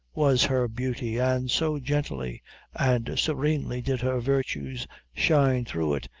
was her beauty, and so gently and serenely did her virtues shine through it,